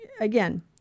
again